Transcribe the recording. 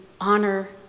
honor